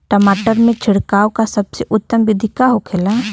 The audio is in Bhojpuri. टमाटर में छिड़काव का सबसे उत्तम बिदी का होखेला?